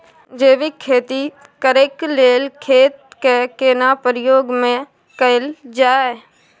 जैविक खेती करेक लैल खेत के केना प्रयोग में कैल जाय?